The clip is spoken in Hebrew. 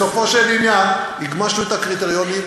בסופו של עניין הגמשנו את הקריטריונים,